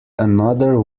another